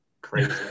crazy